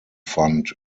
fund